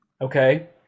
Okay